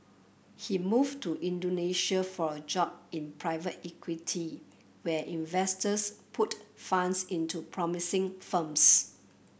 he moved to Indonesia for a job in private equity where investors put funds into promising firms